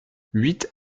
huit